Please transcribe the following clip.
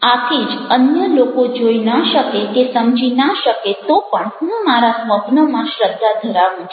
આથી જ અન્ય લોકો જોઈ ન શકે કે સમજી ના શકે તો પણ હું મારા સ્વપ્નોમાં શ્રધ્ધા ધરાવું છું